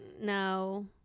No